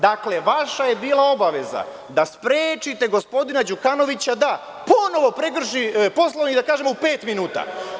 Dakle, vaša je bila obaveza da sprečite gospodina Đukanovića da ponovo prekrši Poslovnik, da kažemo u pet minuta.